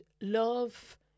love